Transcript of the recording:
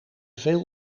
veel